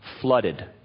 flooded